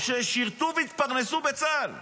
ועוד אלה אנשים ששירתו בצה"ל והתפרנסו.